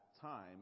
time